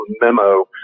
memo